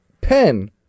pen